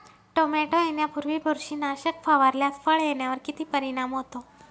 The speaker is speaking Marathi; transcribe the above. टोमॅटो येण्यापूर्वी बुरशीनाशक फवारल्यास फळ येण्यावर किती परिणाम होतो?